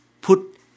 put